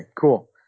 cool